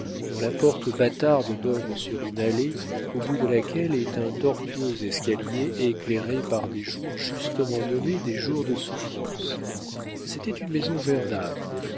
dont la porte bâtarde donne sur une allée au bout de laquelle est un tortueux escalier éclairé par des jours justement nommés des jours de souffrance c'était une maison verdâtre